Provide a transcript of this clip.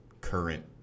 current